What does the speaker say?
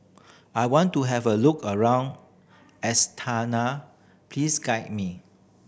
I want to have a look around Astana please guide me